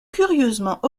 curieusement